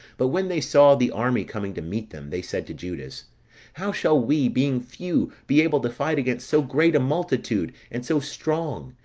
but when they saw the army coming to meet them, they said to judas how shall we, being few, be able to fight against so great a multitude, and so strong,